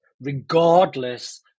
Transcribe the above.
regardless